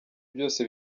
byose